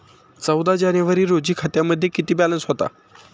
चौदा जानेवारी रोजी खात्यामध्ये किती बॅलन्स होता?